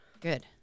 good